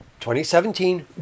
2017